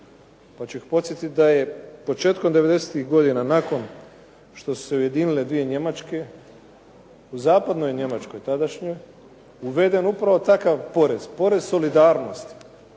pa ću ih podsjetit da je početkom '90.-tih godina, nakon što su se ujedinile dvije Njemačke, u Zapadnoj Njemačkoj tadašnjoj uveden upravo takav porez, porez solidarnosti